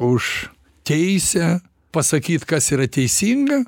už teisę pasakyt kas yra teisinga